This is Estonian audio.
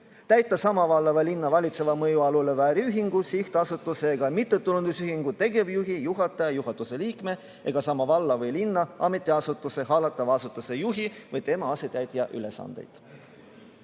täita sama valla või linna valitseva mõju all oleva äriühingu, sihtasutuse ega mittetulundusühingu tegevjuhi, juhataja, juhatuse liikme ega sama valla või linna ametiasutuse hallatava asutuse juhi või tema asetäitja ülesandeid."